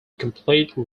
complete